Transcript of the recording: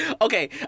Okay